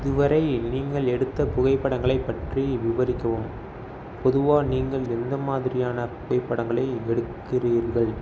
இதுவரை நீங்கள் எடுத்த புகைப்படங்களைப் பற்றி விவரிக்கவும் பொதுவாக நீங்கள் எந்த மாதிரியான புகைப்படங்களை எடுக்கிறீர்கள்